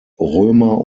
römer